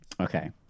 Okay